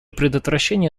предотвращения